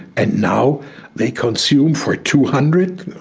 and now they consume for two hundred?